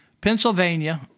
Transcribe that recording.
Pennsylvania